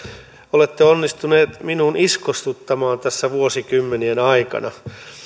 olette onnistuneet minuun iskostuttamaan tässä vuosikymmenien aikana